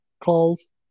calls